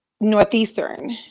northeastern